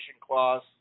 clause